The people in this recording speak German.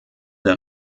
der